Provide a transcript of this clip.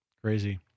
Crazy